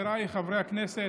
באופן אישי.